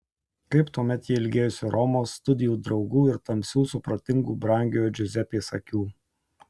kaip tuomet ji ilgėjosi romos studijų draugų ir tamsių supratingų brangiojo džiuzepės akių